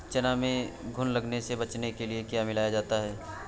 चना में घुन लगने से बचाने के लिए क्या मिलाया जाता है?